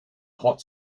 hot